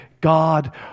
God